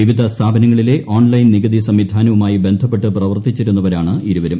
വിവിധ സ്ഥാപനങ്ങളിലെ ഓൺലൈൻ നികുതി സംവിധാനവുമായി ബന്ധപ്പെട്ട് പ്രവർത്തിച്ചിരുന്നവരാണ് ഇരുവരും